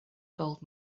gold